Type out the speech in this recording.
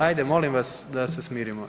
Ajde molim vas da se smirimo.